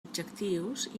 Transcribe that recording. objectius